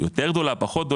יותר גדולה או פחות,